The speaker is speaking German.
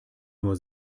nur